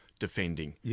defending